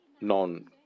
non